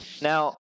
Now